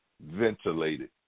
ventilated